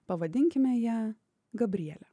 pavadinkime ją gabriele